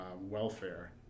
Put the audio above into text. welfare